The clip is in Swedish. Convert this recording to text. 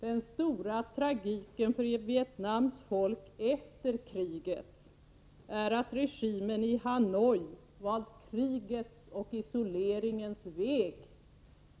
Den stora tragiken för Vietnams folk efter kriget är att regimen i Hanoi valt krigets och isoleringens väg.